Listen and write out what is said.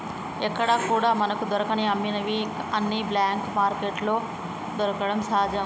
ఎక్కడా కూడా మనకు దొరకని అమ్మనివి అన్ని బ్లాక్ మార్కెట్లో దొరకడం సహజం